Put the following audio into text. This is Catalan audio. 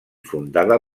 fundada